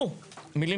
תורם